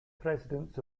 presidents